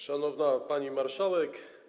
Szanowna Pani Marszałek!